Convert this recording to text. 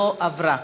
לא עברה.